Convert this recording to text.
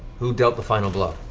who dealt the final blow?